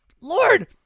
Lord